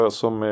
som